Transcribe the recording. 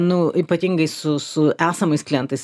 nu ypatingai su su esamais klientais